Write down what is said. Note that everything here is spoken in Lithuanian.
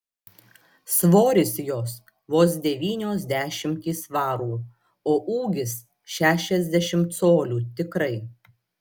svoris jos vos devynios dešimtys svarų o ūgis šešiasdešimt colių tikrai